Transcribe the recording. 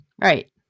Right